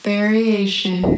Variation